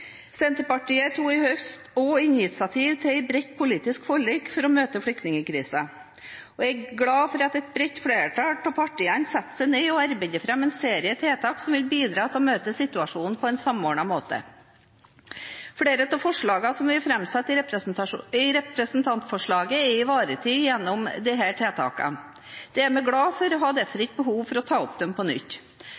Senterpartiet tok i høst også initiativ til et bredt politisk forlik for å møte flyktningkrisen. Jeg er glad for at et bredt flertall av partiene satte seg ned og arbeidet fram en serie tiltak som vil bidra til å møte situasjonen på en samordnet måte. Flere av forslagene som vi framsatte i representantforslaget, er ivaretatt gjennom disse tiltakene. Det er vi glade for, og har derfor ikke behov for å ta dem opp på nytt.